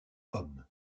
hommes